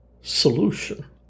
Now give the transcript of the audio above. solution